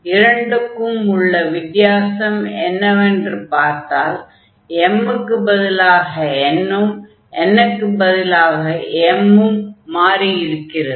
இரண்டுக்கும் உள்ள வித்தியாசம் என்னவென்று பார்த்தால் m க்குப் பதிலாக n ம் n க்குப் பதிலாக m ம் மாறி இருக்கிறது